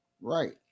right